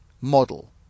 model